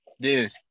Dude